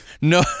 No